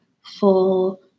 full